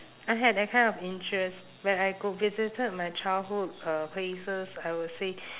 I had that kind of interest where I go visited my childhood uh places I will say